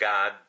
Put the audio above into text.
God